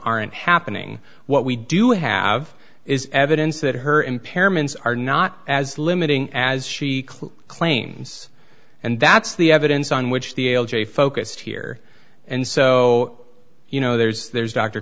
aren't happening what we do have is evidence that her impairments are not as limiting as she claims and that's the evidence on which the a focused here and so you know there's there's dr